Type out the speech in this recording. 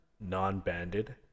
non-banded